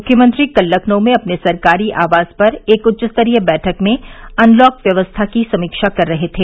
मुख्यमंत्री कल लखनऊ में अपने सरकारी आवास पर एक उच्च स्तरीय बैठक में अनलॉक व्यवस्था की समीक्षा कर रहे थे